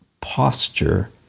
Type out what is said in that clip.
posture